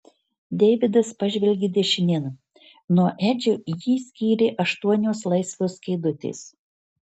deividas pažvelgė dešinėn nuo edžio jį skyrė aštuonios laisvos kėdutės